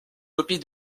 copie